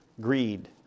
greed